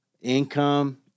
income